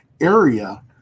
area